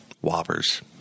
Whoppers